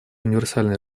универсальное